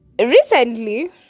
recently